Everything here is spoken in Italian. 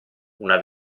una